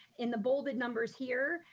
in the bolded numbers here,